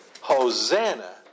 Hosanna